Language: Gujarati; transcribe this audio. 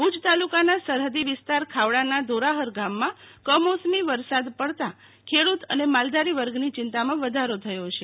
ભુજ તાલુકાના સરહદી વિસ્તાર ખાવડાના ધોરાહર ગામમાં કમોસમી વરસાદ પડતા ખેડુત અને માલધારી વર્ગની ચિંતામાં વધારો થયો છે